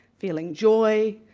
feeling joy,